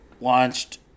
launched